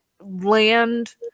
land